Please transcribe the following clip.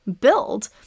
build